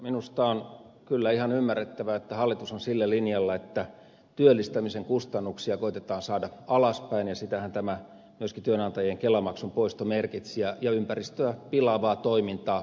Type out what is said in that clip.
minusta on kyllä ihan ymmärrettävää että hallitus on sillä linjalla että työllistämisen kustannuksia koetetaan saada alaspäin sitähän myöskin tämä työnantajien kelamaksun poisto merkitsi ja ympäristöä pilaavaa toimintaa pyritään verottamaan